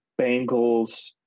Bengals